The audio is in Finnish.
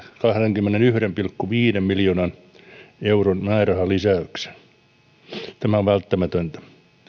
kahdenkymmenenyhden pilkku viiden miljoonan euron määrärahalisäyksen tämä on välttämätöntä